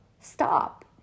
stop